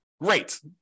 great